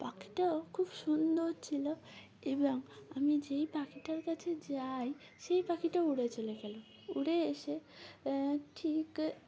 পাখিটাও খুব সুন্দর ছিল এবং আমি যেই পাখিটার কাছে যাই সেই পাখিটাও উড়ে চলে গেল উড়ে এসে ঠিক